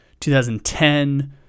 2010